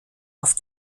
auf